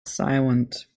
silent